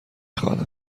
خوانم